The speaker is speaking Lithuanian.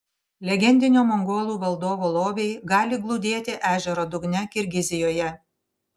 legendinio mongolų valdovo lobiai gali glūdėti ežero dugne kirgizijoje